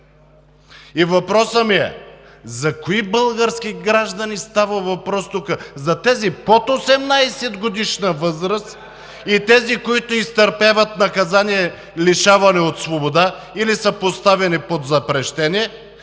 свобода, за кои български граждани става въпрос тук – за тези под 18-годишна възраст и тези, които изтърпяват наказание лишаване от свобода, или са поставени под запрещение,